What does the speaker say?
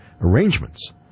arrangements